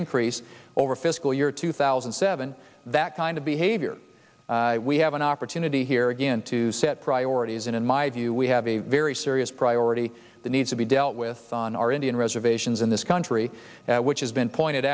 increase over fiscal year two thousand and seven that kind of behavior we have an opportunity here again to set priorities and in my view we have a very serious priority the need to be dealt with on our indian reservations in this country which has been pointed